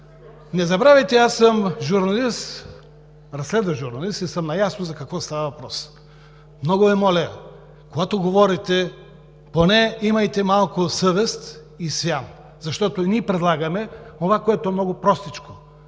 Не забравяйте, аз съм разследващ журналист и съм наясно за какво става въпрос. Много Ви моля, когато говорите, поне имайте малко съвест и свян, защото ние предлагаме онова, което е много простичко